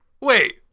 Wait